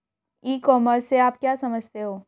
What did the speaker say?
ई commerce से आप क्या समझते हो?